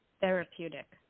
therapeutic